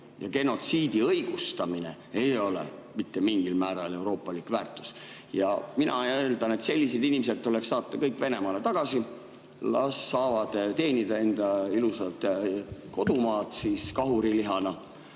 ja genotsiidi õigustamine ei ole mitte mingil määral euroopalik väärtus. Mina eeldan, et sellised inimesed tuleks saata kõik Venemaale tagasi, las saavad teenida enda ilusat kodumaad kahurilihana.